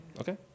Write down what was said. Okay